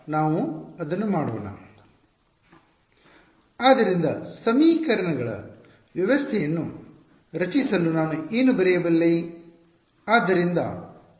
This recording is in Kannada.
ಆದ್ದರಿಂದ ಸಮೀಕರಣಗಳ ವ್ಯವಸ್ಥೆಯನ್ನು ರಚಿಸಲು ನಾನು ಏನು ಬರೆಯಬಲ್ಲೆ